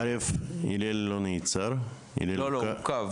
א׳ - הלל לא נעצר אלא עוכב,